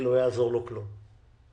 ולא יעזור לו כלום.